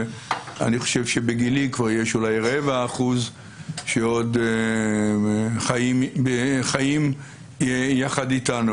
אני חושב שבגילי יש אולי רבע אחוז שעוד חיים יחד איתנו.